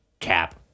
Cap